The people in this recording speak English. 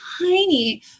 tiny